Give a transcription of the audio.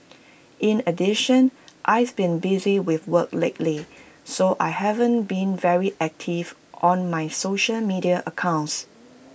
in addition I've been busy with work lately so I haven't been very active on my social media accounts